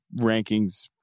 rankings